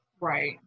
Right